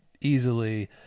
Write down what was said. easily